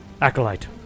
Acolyte